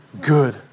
good